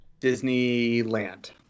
Disneyland